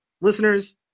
listeners